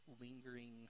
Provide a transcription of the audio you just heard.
lingering